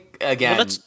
again